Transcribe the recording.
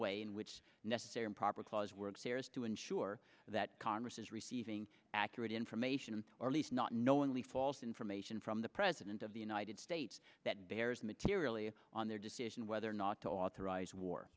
way in which necessary and proper clause works here is to ensure that congress is receiving accurate information and or least not knowingly false information from the president of the united states that bears materially on their decision whether or not to authorize war